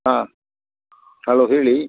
ಹಾಂ ಹಲೋ ಹೇಳಿ